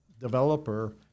developer